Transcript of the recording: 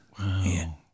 Wow